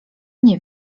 nie